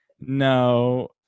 No